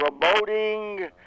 promoting